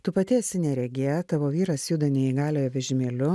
tu pati esi neregė tavo vyras juda neįgaliojo vežimėliu